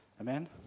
Amen